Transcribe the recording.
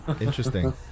Interesting